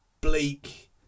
bleak